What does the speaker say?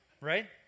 Right